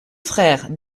frères